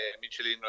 Michelin